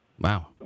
Wow